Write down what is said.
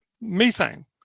methane